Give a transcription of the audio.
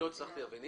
לא הצלחתי להבין.